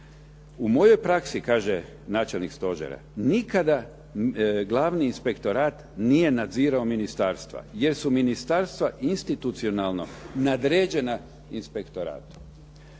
"U mojoj praksi nikada glavni inspektorat nije nadzirao ministarstva jer su ministarstva institucionalno nadređena inspektoratu.".